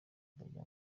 bajya